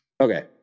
okay